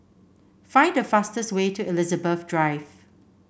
find the fastest way to Elizabeth Drive